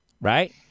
right